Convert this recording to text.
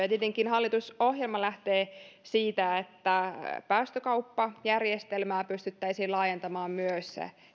tietenkin hallitusohjelma lähtee siitä että päästökauppajärjestelmää pystyttäisiin laajentamaan myös